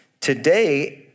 Today